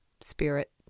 spirit